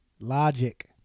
Logic